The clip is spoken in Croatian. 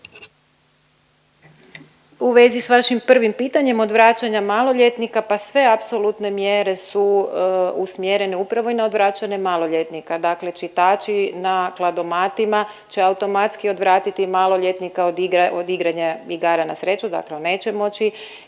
U vezi s vašim prvim pitanjem odvraćanja maloljetnika pa sve apsolutne mjere su usmjerene upravo i na odvraćanje maloljetnika, dakle čitači na kladomatima će automatski maloljetnika od igranja igara na sreću, dakle on neće moći